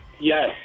Yes